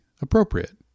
appropriate